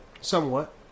Somewhat